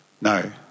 no